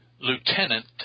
lieutenant